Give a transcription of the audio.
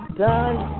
done